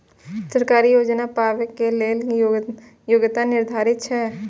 सरकारी योजना पाबे के लेल कि योग्यता निर्धारित छै?